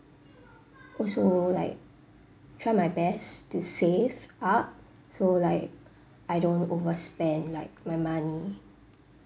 also like try my best to save up so like I don't overspend like my money